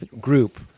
group